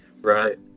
Right